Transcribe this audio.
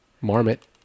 Marmot